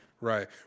Right